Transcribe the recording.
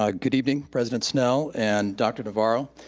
ah good evening, president snell and dr. navarro,